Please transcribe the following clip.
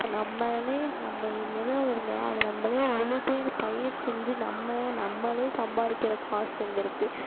நம்மளே நம்ம நிலம் இருந்தால் அதை நம்மளே உழுது பயிர் செஞ்சு நம்ம நம்மளே சம்பாதிக்கிற காசு எங்கே இருக்கு